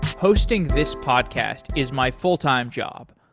hosting this podcast is my full-time job,